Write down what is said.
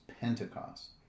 Pentecost